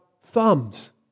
thumbs